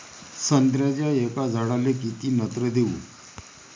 संत्र्याच्या एका झाडाले किती नत्र देऊ?